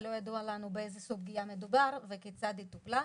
ולא ידוע לנו באיזה סוג פגיעה מדובר וכיצד היא טופלה.